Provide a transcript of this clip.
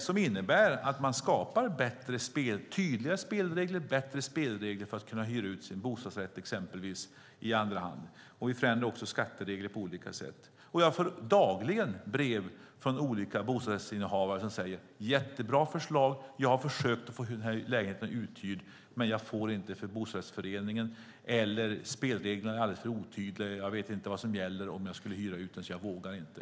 Det innebär att man skapar tydligare och bättre spelregler för att kunna hyra ut exempelvis sin bostadsrätt i andra hand. Vi förändrar också skatteregler på olika sätt. Jag får dagligen brev från olika bostadsrättsinnehavare som säger: Jättebra förslag! Jag har försökt få lägenheten uthyrd, men jag får inte för bostadsrättsföreningen. Eller: Spelreglerna är alldeles för otydliga. Jag vet inte vad som gäller om jag skulle hyra ut den, så jag vågar inte.